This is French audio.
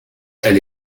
elle